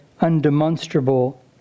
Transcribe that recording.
undemonstrable